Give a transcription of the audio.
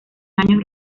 años